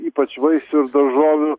ypač vaisių ir daržovių